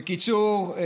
בקיצור,